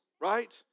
Right